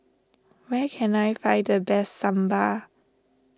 where can I find the best Sambar